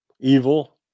Evil